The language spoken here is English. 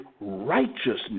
righteousness